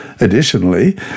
Additionally